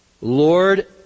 Lord